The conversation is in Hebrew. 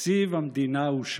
תקציב המדינה אושר.